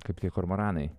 kaip tie kormoranai